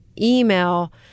email